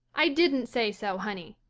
i didn't say so, honey.